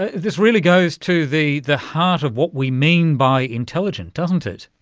ah this really goes to the the heart of what we mean by intelligent, doesn't it.